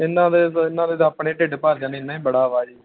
ਇਹਨਾਂ ਦੇ ਤਾਂ ਇਹਨਾਂ ਦੇ ਤਾਂ ਆਪਣੇ ਢਿੱਡ ਭਰ ਜਾਣ ਇੰਨਾ ਹੀ ਬੜਾ ਵਾ ਜੀ